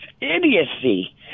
idiocy